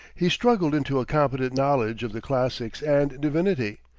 he struggled into a competent knowledge of the classics and divinity,